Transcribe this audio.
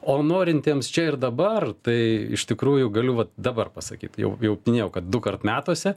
o norintiems čia ir dabar tai iš tikrųjų galiu va dabar pasakyt jau jau minėjau kad dukart metuose